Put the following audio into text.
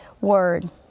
Word